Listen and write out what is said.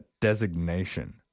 designation